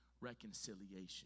reconciliation